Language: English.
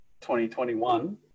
2021